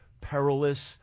perilous